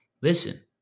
Listen